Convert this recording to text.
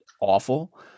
awful